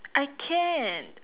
I can't